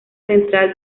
central